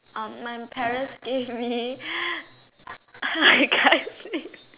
um my parents give me I can't say